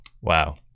Wow